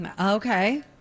Okay